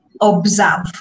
observe